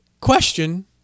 Question